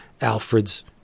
Alfred's